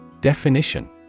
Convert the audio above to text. Definition